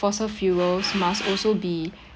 fossil fuels must also be